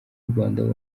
rwanda